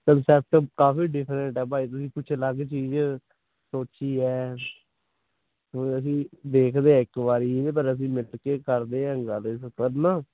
concept ਕਾਫ਼ੀ different ਹੈ ਭਾਜੀ ਤੁਸੀਂ ਕੁਛ ਅਲੱਗ ਚੀਜ਼ ਸੋਚੀ ਹੈ ਹੁਣ ਅਸੀਂ ਦੇਖਦੇ ਹੈ ਇੱਕ ਵਾਰ ਇਹ ਪਰ ਅਸੀਂ ਮਿੱਥ ਕੇ ਕਰਦੇ ਹੈਂ ਗੱਲ ਇਸ ਉਪਰ ਨਾ